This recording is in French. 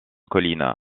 colline